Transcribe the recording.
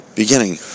beginning